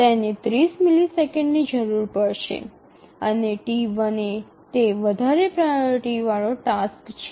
T2 માટે તેને ૩0 મિલિસેકન્ડની જરૂર પડશે અને T1 એ તે વધારે પ્રાઓરિટી વાળો ટાસ્ક છે